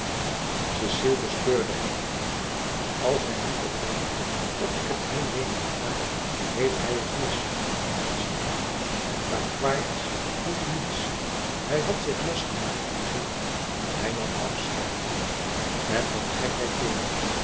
cecile bespeurde het als hij nu toch denkt dat ik het hem leenen ga heeft hij het mis dacht ze maar quaerts vroeg niets hij had zich losgemaakt van jules hij nam afscheid met wat gekheid tegen